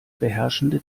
beherrschende